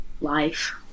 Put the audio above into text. life